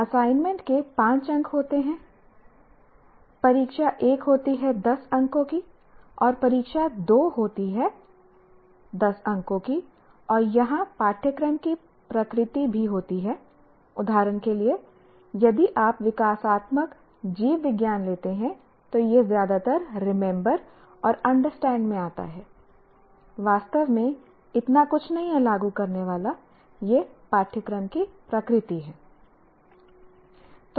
assignment के 5 अंक होते हैं परीक्षा 1 होती है 10 अंकों की और परीक्षा 2 होती है 10 अंकों की और यहां पाठ्यक्रम की प्रकृति भी होती है उदाहरण के लिए यदि आप विकासात्मक जीव विज्ञान लेते हैं तो यह ज्यादातर रिमेंबर और अंडरस्टैंड में आता है वास्तव में इतना कुछ नहीं है लागू करने वाला यह पाठ्यक्रम की प्रकृति है